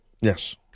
Yes